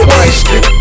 Wasted